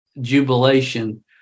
jubilation